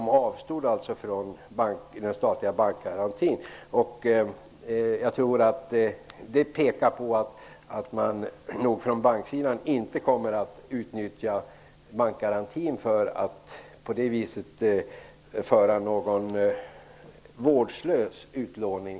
S-E-Banken avstod alltså från den statliga bankgarantin. Det pekar på att man från banksidan inte kommer att utnyttja bankgarantin för att i framtiden på så sätt föra någon vårdslös utlåning.